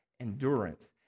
endurance